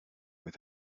with